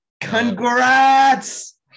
Congrats